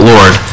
Lord